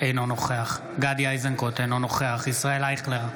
אינו נוכח גדי איזנקוט, אינו נוכח ישראל אייכלר,